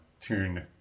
tune